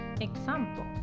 Example